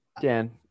Dan